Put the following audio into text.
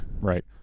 Right